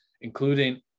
including